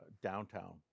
downtown